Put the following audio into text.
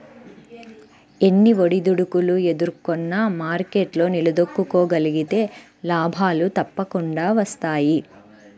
ఎన్ని ఒడిదుడుకులు ఎదుర్కొన్నా మార్కెట్లో నిలదొక్కుకోగలిగితే లాభాలు తప్పకుండా వస్తాయి